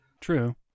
True